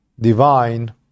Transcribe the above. divine